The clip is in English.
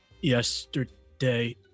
yesterday